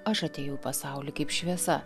aš atėjau į pasaulį kaip šviesa